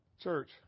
Church